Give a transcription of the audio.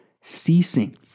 ceasing